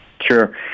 Sure